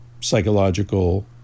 psychological